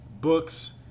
books